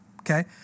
Okay